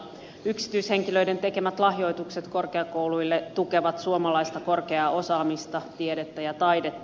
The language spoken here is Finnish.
yksityishenkilöiden tekemät lahjoitukset korkeakouluille tukevat suomalaista korkeaa osaamista tiedettä ja taidetta